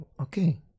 Okay